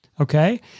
okay